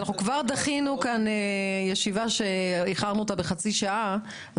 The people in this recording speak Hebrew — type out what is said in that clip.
יש לנו ישיבה שכבר איחרנו אותה בחצי שעה.